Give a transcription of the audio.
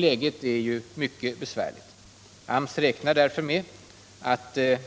Läget är mycket besvärligt. AMS räknar därför med